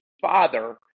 father